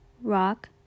rock